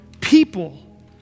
people